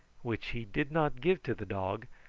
which he did not give to the dog,